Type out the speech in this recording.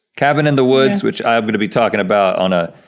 cabin in the woods, which i'm going to be talking about on ah